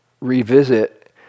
revisit